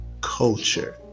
culture